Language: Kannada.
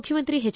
ಮುಖ್ಯಮಂತ್ರಿ ಹೆಚ್